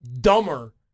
dumber